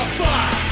fuck